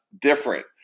different